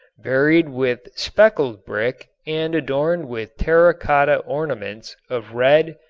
varied with speckled brick and adorned with terra cotta ornaments of red,